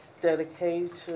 dedication